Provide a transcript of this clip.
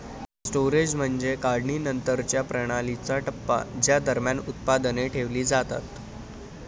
storage म्हणजे काढणीनंतरच्या प्रणालीचा टप्पा ज्या दरम्यान उत्पादने ठेवली जातात